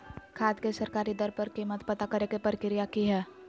खाद के सरकारी दर पर कीमत पता करे के प्रक्रिया की हय?